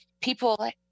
people